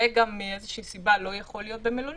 ומאיזה סיבה גם לא יכול להיות במלונית,